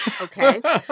okay